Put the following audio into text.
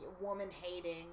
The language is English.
woman-hating